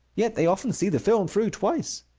yet they often see the film through twice.